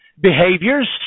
behaviors